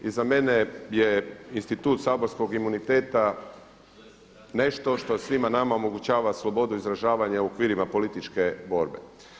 I za mene je institut saborskog imuniteta nešto što svima nama omogućava slobodu izražavanja u okvirima političke borbe.